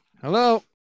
Hello